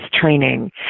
training